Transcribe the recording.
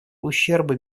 ущерба